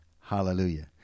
Hallelujah